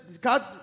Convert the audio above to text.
God